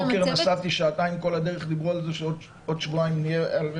יכול להיות שעוד שבועיים נהיה שם.